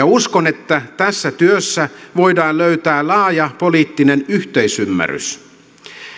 uskon että tässä työssä voidaan löytää laaja poliittinen yhteisymmärrys